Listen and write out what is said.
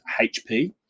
HP